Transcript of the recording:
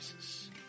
Jesus